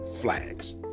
flags